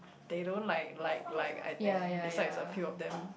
they don't like like like I think besides a few of them